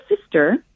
sister